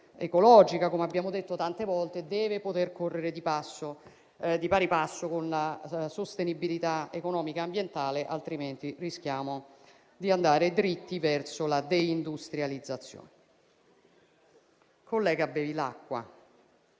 ecologica - come abbiamo detto tante volte - deve poter correre di pari passo con la sostenibilità economica e ambientale, altrimenti rischiamo di andare dritti verso la deindustrializzazione. Collega Bevilacqua,